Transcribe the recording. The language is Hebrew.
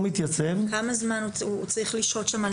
כמה זמן הוא צריך לשהות שם?